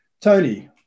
Tony